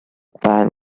pipe